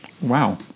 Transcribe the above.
Wow